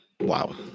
Wow